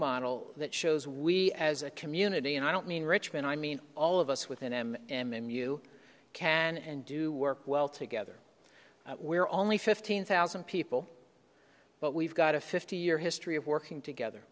model that shows we as a community and i don't mean richmond i mean all of us within m m m you can and do work well together we're only fifteen thousand people but we've got a fifty year history of working together